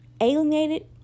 alienated